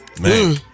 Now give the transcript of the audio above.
man